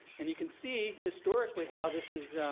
and you can see historically how this has